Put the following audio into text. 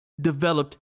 developed